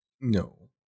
No